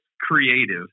creative